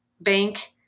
bank